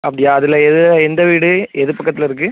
அப்படியா அதில் எது எந்த வீடு எது பக்கத்தில் இருக்குது